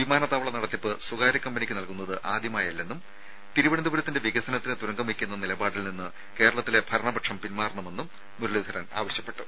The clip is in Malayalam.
വിമാനത്താവള നടത്തിപ്പ് സ്വകാര്യ കമ്പനിക്ക് നൽകുന്നത് ആദ്യമായല്ലെന്നും തിരുവനന്തപുരത്തിന്റെ വികസനത്തിന് തുരങ്കം വയ്ക്കുന്ന നിലപാടിൽനിന്ന് കേരളത്തിലെ ഭരണപക്ഷം പിന്മാറണമെന്നും മുരളീധരൻ ആവശ്യപ്പെട്ടു